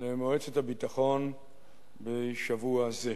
למועצת הביטחון בשבוע זה.